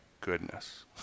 goodness